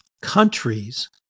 Countries